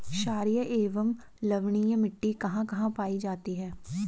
छारीय एवं लवणीय मिट्टी कहां कहां पायी जाती है?